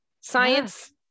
science